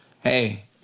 Hey